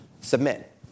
submit